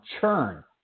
churn